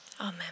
Amen